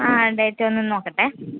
ആ ഡേറ്റ് ഒന്ന് നോക്കട്ടെ